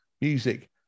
Music